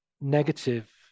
negative